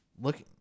Look